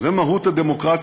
זו מהות הדמוקרטיה,